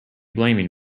blaming